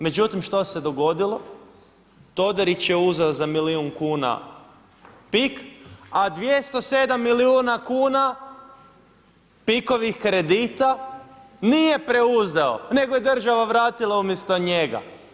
Međutim, što se je dogodilo, Todorić je uzeo za milijun kuna Pik, a 207 milijuna kuna, Pikovih kredita, nije preuzeo, nego je država vratila umjesto njega.